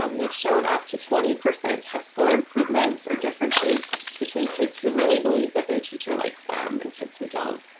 um they've shown up to twenty percent test score improvements or differences between kids who really believe that their teacher likes them and kids who don't.